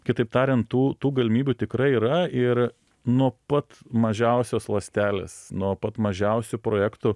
kitaip tariant tų tų galimybių tikrai yra ir nuo pat mažiausios ląstelės nuo pat mažiausių projektų